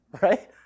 right